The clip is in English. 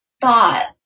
thought